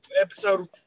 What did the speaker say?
episode